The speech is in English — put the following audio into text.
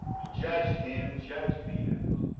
you judged him, judge me now.